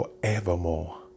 forevermore